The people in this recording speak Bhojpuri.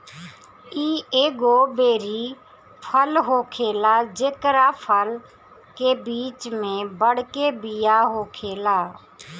इ एगो बेरी फल होखेला जेकरा फल के बीच में बड़के बिया होखेला